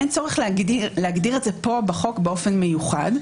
אין צורך להגדיר את זה בחוק באופן מיוחד.